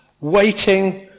waiting